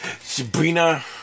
Sabrina